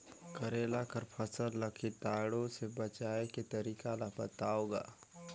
करेला कर फसल ल कीटाणु से बचाय के तरीका ला बताव ग?